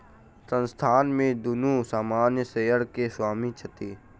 संस्थान में दुनू सामान्य शेयर के स्वामी छथि